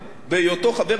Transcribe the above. רק לפני שבועיים-שלושה,